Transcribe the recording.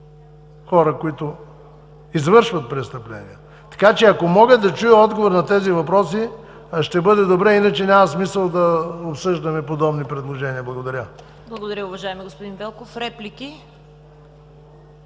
хора, които извършват престъпления. Така че ако мога да чуя отговора на тези въпроси, ще бъде добре. Иначе няма смисъл да обсъждаме подобни предложения. Благодаря. ПРЕДСЕДАТЕЛ ЦВЕТА КАРАЯНЧЕВА: Благодаря, уважаеми господин Велков. Реплики?